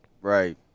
Right